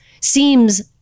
seems